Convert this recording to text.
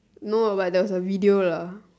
no lah but there was a video lah